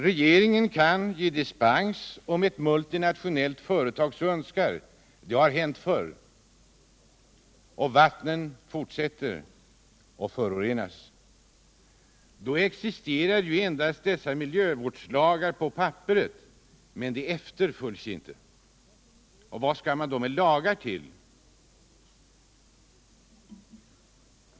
Regeringen kan ge dispens om ett multinationellt företag så önskar, och det har hänt. Och vattnen fortsätter att förorenas. Dessa miljövårdslagar existerar endast på papperet, de efterföljs inte. Vad skall man då med lagar till?